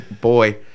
boy